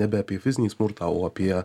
nebe apie fizinį smurtą o apie